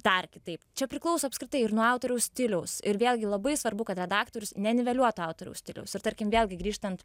dar kitaip čia priklauso apskritai ir nuo autoriaus stiliaus ir vėlgi labai svarbu kad redaktorius neniveliuotų autoriaus stiliaus ir tarkim vėlgi grįžtant